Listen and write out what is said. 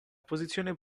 posizione